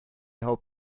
hope